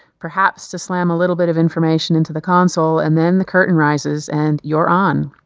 perhaps to slam a little bit of information into the console, and then the curtain rises and you're on.